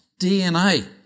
DNA